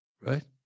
Right